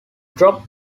drop